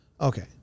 Okay